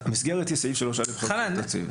המסגרת היא סעיף 3(א) לחוק יסודות התקציב.